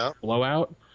blowout